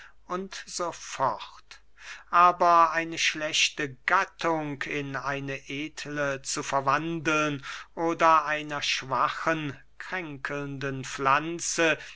aber eine schlechte gattung in eine edle zu verwandeln oder einer schwachen kränkelnden pflanze